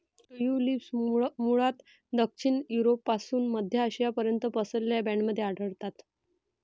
tulips मूळतः दक्षिण युरोपपासून मध्य आशियापर्यंत पसरलेल्या बँडमध्ये आढळतात